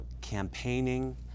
campaigning